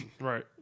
right